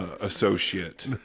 associate